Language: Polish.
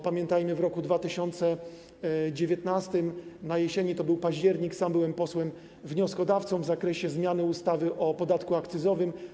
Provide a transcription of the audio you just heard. Pamiętajmy, że w roku 2019, na jesieni, to był październik, sam byłem posłem wnioskodawcą w zakresie zmiany ustawy o podatku akcyzowym.